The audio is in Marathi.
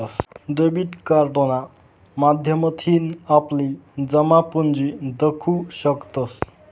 डेबिट कार्डना माध्यमथीन आपली जमापुंजी दखु शकतंस